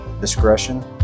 Discretion